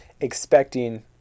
expecting